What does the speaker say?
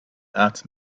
art